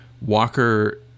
Walker